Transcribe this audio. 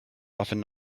often